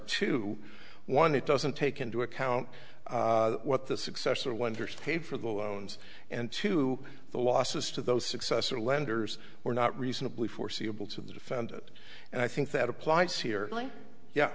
two one it doesn't take into account what the successor lenders paid for the loans and to the losses to those successor lenders were not reasonably foreseeable to the defendant and i think that applies here rea